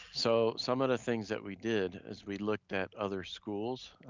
so some of the things that we did is we looked at other schools,